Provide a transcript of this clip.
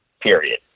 period